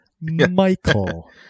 Michael